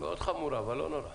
מאוד חמורה, אבל לא נורא